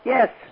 Yes